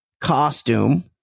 costume